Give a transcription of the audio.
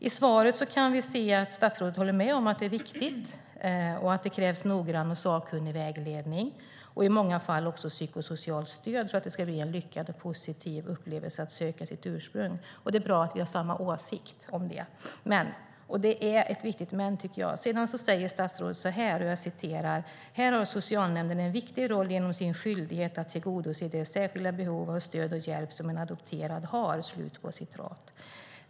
I svaret kan vi läsa att statsrådet håller med om att detta är viktigt och att det krävs "noggrann och sakkunnig vägledning och i många fall även psykosocialt stöd" för att det ska bli en lyckad och positiv upplevelse att söka sitt ursprung. Det är bra att vi har samma åsikt om det. Men - och det är ett viktigt men - sedan skriver statsrådet: "Här har socialnämnden en viktig roll genom sin skyldighet att tillgodose det särskilda behov av stöd och hjälp som en adopterad har."